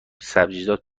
سبزیجات